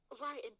right